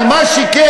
אבל מה שכן,